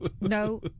no